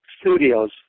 studios